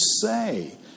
say